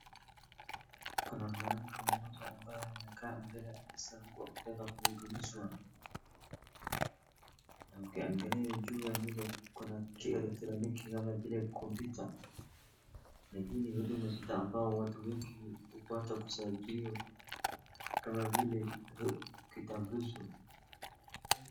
Kuna mwanamke mmoja ambaye amekaa mbele ya ofisi, akitaka kuhudumishwa. Ukiangalia juu ya meza, kuna kielektroniki kama vile kompyuta. Na hii ni huduma zote ambazo watu wengi hupata kusajiliwa, kama vile kitambulisho.